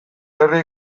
herria